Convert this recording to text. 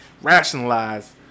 rationalize